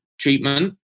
treatment